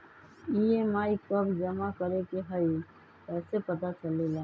EMI कव जमा करेके हई कैसे पता चलेला?